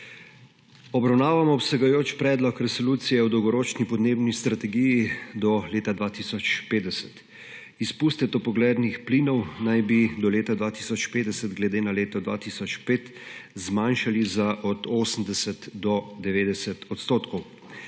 Obravnavamo obsegajoč Predlog resolucije o Dolgoročni podnebni strategiji do leta 2050, izpuste toplogrednih plinov naj bi do leta 2050 glede na leto 2005 zmanjšali od 80 do 90 odstotkov.